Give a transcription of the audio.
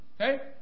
Okay